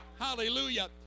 Hallelujah